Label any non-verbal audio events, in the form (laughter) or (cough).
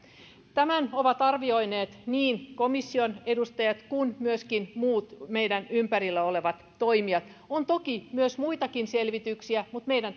tämän ovat arvioineet niin komission edustajat kuin muut meidän ympärillä olevat toimijat on toki muitakin selvityksiä mutta meidän (unintelligible)